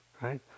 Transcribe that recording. right